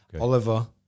Oliver